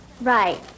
Right